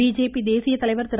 BJP தேசிய தலைவர் திரு